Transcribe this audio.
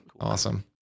Awesome